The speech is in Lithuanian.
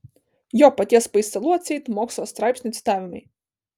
jo paties paistalų atseit mokslo straipsnių citavimai